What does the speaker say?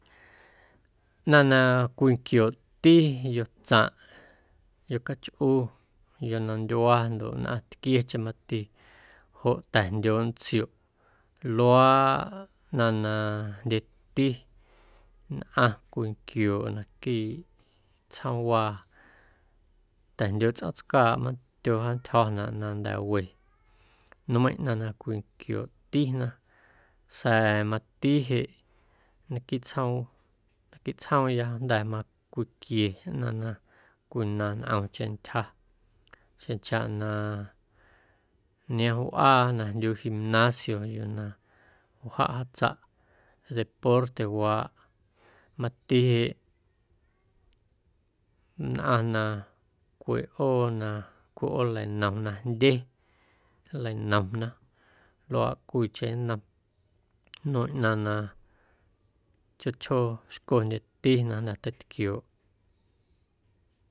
Ꞌnaⁿ na cwinquiooꞌti yotsaⁿꞌ, yocachꞌu, yonomndyua ndoꞌ nnꞌaⁿ tquiecheⁿ mati joꞌ ta̱jndyooꞌ ntsioꞌ luaaꞌ ꞌnaⁿ na jndyeti nnꞌaⁿ cwinquiooꞌ naquiiꞌ tsjoomwaa ta̱jndyooꞌ tsꞌoom tscaaꞌ mandyo jaantyjo̱naꞌ na nda̱we nmeiⁿꞌ ꞌnaⁿ na cwinquiooꞌtina sa̱a̱ mati jeꞌ naquiiꞌ tsjoom naquiiꞌ tsjoomya jnda̱ macwiquie ꞌnaⁿ cwinaⁿ ntꞌomcheⁿ ntyja xeⁿchaꞌna niom wꞌaa na jndyuu gimnasio yuu na wjaꞌ jatsaꞌ deportewaaꞌ mati jeꞌ nnꞌaⁿ na cwiꞌoo na cwiꞌooleinom na jndye nleinomna luaaꞌ cwiicheⁿ nnom nmeiⁿꞌ ꞌnaⁿ na chjoo chjoo xcondyetina na jnda̱ teitquiooꞌ.